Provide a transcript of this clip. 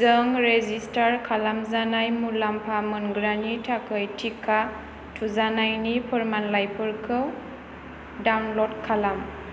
जों रेजिसटार खालामजानाय मुलाम्फा मोनग्रानि थाखाय टिका थुजानायनि फोरमानलाइफोरखौ डाउनल'ड खालाम